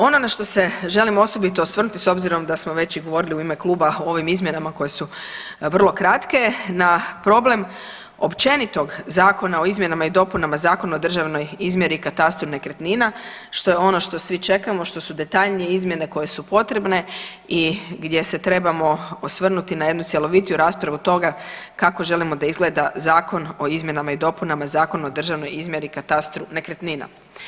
Ono na što se želim osobito osvrnuti s obzirom da smo već i govorili u ime kluba o ovim izmjenama koje su vrlo kratke na problem općenitog Zakona o izmjenama i dopunama Zakona o državnoj izmjeri i katastru nekretnina što je ono što svi čekamo, što su detaljnije izmjene koje su potrebne i gdje se trebamo osvrnuti na jednu cjelovitiju raspravu toga kako želimo da izgleda Zakon o izmjenama i dopunama Zakona o državnoj izmjeri i katastru nekretnina.